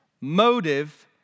motive